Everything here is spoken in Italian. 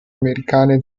americane